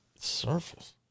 surface